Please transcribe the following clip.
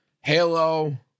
Halo